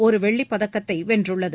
ஒரு வெள்ளிப்பதக்கத்தை வென்றுள்ளது